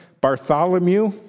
Bartholomew